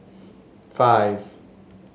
five